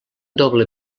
doble